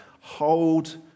hold